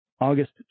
August